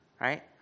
right